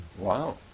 Wow